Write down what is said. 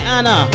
Anna